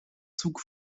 zug